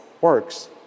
works